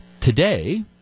today